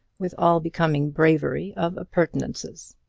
with all becoming bravery of appurtenances.